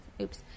Oops